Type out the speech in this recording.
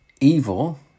evil